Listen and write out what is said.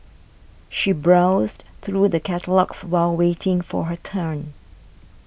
she browsed through the catalogues while waiting for her turn